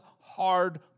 hard